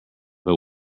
but